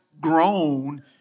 grown